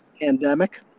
pandemic